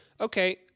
Okay